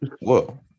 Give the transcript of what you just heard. Whoa